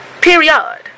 Period